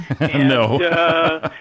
No